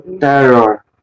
terror